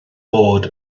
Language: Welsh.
bod